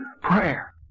Prayer